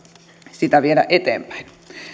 sitä viedä eteenpäin